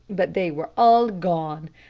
but they were all gone.